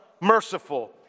merciful